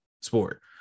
sport